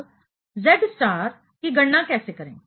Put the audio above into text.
अब Z star की गणना कैसे करें